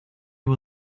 you